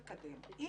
הביקורת זה